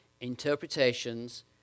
Interpretations